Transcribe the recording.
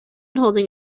holding